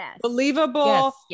believable